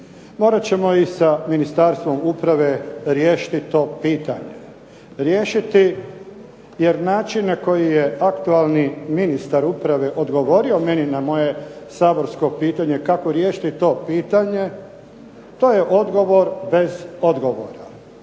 morat ćemo i sa Ministarstvom uprave riješiti to pitanje. Riješiti, jer način na koji je aktualni ministar uprave odgovorio meni na moje saborsko pitanje kako riješiti to pitanje to je odgovor bez odgovora.